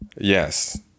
yes